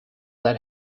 that